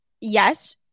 yes